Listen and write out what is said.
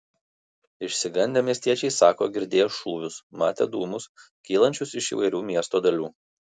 išsigandę miestiečiai sako girdėję šūvius matę dūmus kylančius iš įvairių miesto dalių